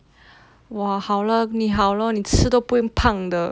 !wah! 好 lor 你好 lor 你吃都不会胖的